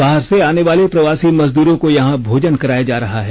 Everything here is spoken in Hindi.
बाहर से आने वाले प्रवासी मजदूरों को यहां भोजन कराया जा रहा है